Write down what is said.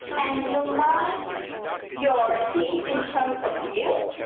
and unite your feet in front of you,